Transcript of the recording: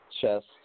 chest